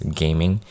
gaming